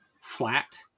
flat